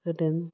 होदों